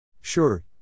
Sure